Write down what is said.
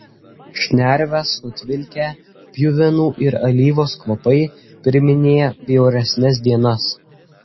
šnerves nutvilkę pjuvenų ir alyvos kvapai priminė bjauresnes dienas